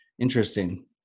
Interesting